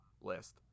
list